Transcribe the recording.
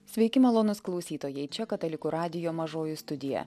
sveiki malonūs klausytojai čia katalikų radijo mažoji studija